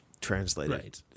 translated